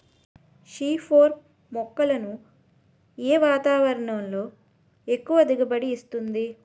C four మొక్కలను ఏ వాతావరణంలో ఎక్కువ దిగుబడి ఇస్తుంది?